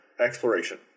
Exploration